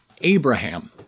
Abraham